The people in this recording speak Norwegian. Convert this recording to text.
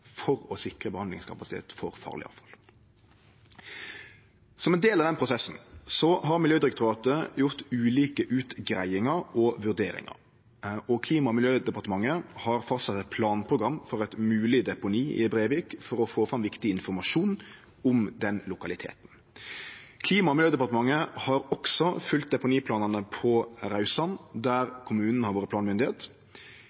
for å sikre behandlingskapasitet for farleg avfall. Som ein del av den prosessen har Miljødirektoratet gjort ulike utgreiingar og vurderingar. Klima- og miljødepartementet har fastsett eit planprogram for eit mogleg deponi i Brevik for å få fram viktig informasjon om den lokaliteten. Klima- og miljødepartementet har også følgt deponiplanane på Raudsand, der